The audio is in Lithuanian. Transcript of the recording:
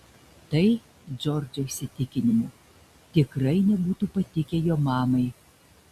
tai džordžo įsitikinimu tikrai nebūtų patikę jo mamai